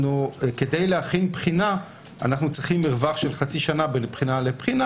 וכדי להכין בחינה אנחנו צריכים מרווח של חצי שנה בין בחינה לבחינה,